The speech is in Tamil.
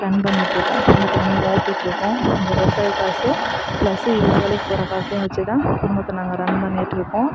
ரன் பண்ணிட்டிருக்கோம் குடும்பத்தை வந்து ஓட்டிட்டிருக்கோம் இந்த விவசாய காசும் ப்ளஸ் இவர் வேலைக்குப் போகிற காசையும் வச்சுதான் குடும்பத்தை நாங்கள் ரன் பண்ணிகிட்டு இருக்கோம்